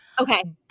Okay